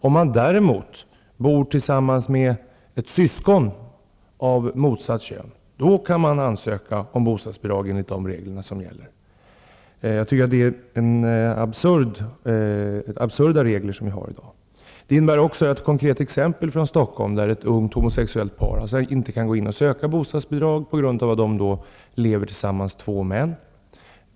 Om man däremot bor tillsammans med ett syskon av motsatt kön, kan man få bostadsbidrag enligt de regler som gäller. Jag tycker att de regler som vi har är absurda. Jag har ett konkret exempel från Stockholm, där ett ungt homosexuellt par, två män, inte kan söka bostadsbidrag på grund av att de lever tillsammans.